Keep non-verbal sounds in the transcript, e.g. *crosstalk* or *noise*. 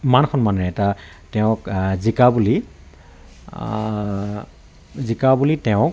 মান সন্মানেৰে *unintelligible* তেওঁক জিকা বুলি জিকা বুলি তেওঁক